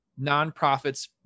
nonprofits